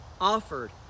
offered